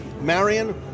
Marion